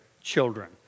children